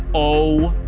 oh,